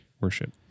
Worship